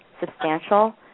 substantial